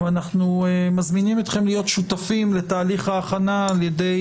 ואנחנו מזמינים אתכם להיות שותפים לתהליך ההכנה על ידי